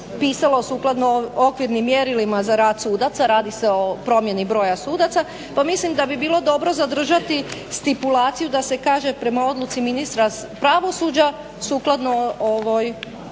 pisalo sukladno okvirnim mjerilima za rad sudaca, a radi se o promjeni broja sudaca. Pa mislim da bi bilo dobro zadržati stipulaciju da se kaže prema odluci ministra pravosuđa sukladno ovoj